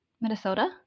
Minnesota